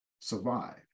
survive